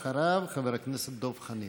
אחריו, חבר הכנסת דב חנין.